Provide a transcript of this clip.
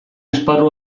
esparru